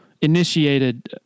initiated